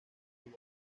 cuya